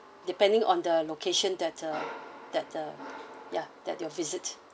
depending on the location that uh that uh ya that your visit